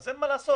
אז אין מה לעשות.